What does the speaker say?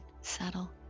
settle